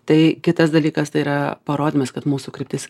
tai kitas dalykas tai yra parodymas kad mūsų kryptis